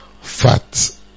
fat